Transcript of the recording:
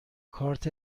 کارت